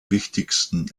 wichtigsten